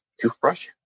toothbrush